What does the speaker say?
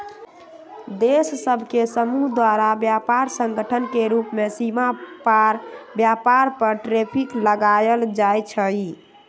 देश सभ के समूह द्वारा व्यापार संगठन के रूप में सीमा पार व्यापार पर टैरिफ लगायल जाइ छइ